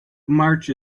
march